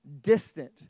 distant